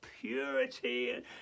purity